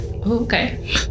Okay